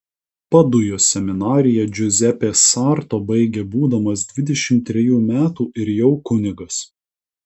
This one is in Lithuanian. padujos seminariją džiuzepė sarto baigė būdamas dvidešimt trejų metų ir jau kunigas